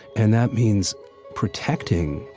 and that means protecting,